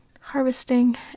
harvesting